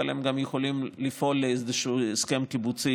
אבל הם גם יכולים לפעול לאיזשהו הסכם קיבוצי,